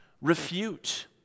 Refute